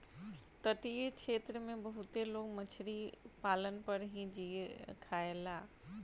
तटीय क्षेत्र में बहुते लोग मछरी पालन पर ही जिए खायेला